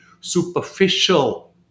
superficial